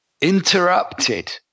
interrupted